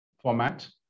format